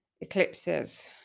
eclipses